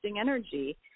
energy